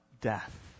death